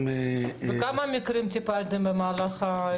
בכמה מקרים טיפלתם במהלך האירועים?